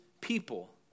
people